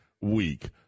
week